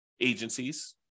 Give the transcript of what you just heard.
agencies